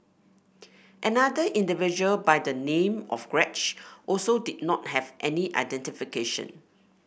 another individual by the name of Greg also did not have any identification